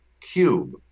cube